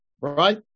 right